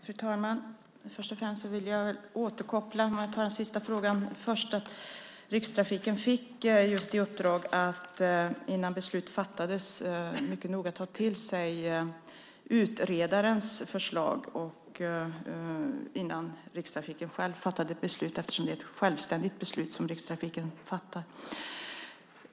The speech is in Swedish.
Fru talman! Först och främst vill jag återkoppla med att ta den sista frågan först. Rikstrafiken fick just i uppdrag att innan man själv fattade beslut mycket noga ta till sig utredarens förslag. Det är ett självständigt beslut som Rikstrafiken fattar.